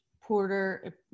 Porter